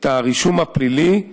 את הרישום הפלילי,